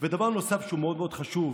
ודבר נוסף שהוא מאוד מאוד חשוב,